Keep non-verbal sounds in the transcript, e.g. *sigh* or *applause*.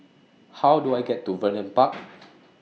How Do I get to Vernon Park *noise*